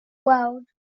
world